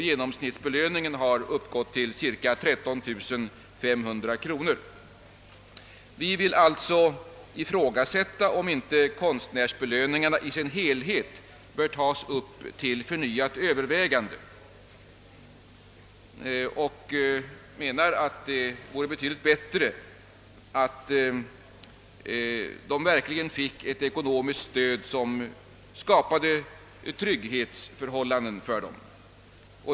Genomsnittsbelöningen har uppgått till 13 500 kronor. Vi motionärer vill ifrågasätta, om inte hela frågan om konstnärsbelöningarna bör tagas upp till förnyat övervägande, och menar att det vore betydligt bättre om konstnärerna fick ett ekonomiskt stöd som verkligen skapade trygghet för dem.